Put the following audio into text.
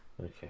Okay